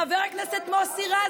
חבר הכנסת מוסי רז,